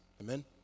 Amen